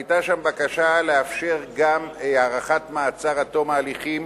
היתה שם בקשה לאפשר גם הארכת מעצר עד תום ההליכים